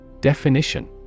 Definition